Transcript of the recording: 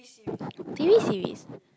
t_v series